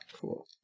cool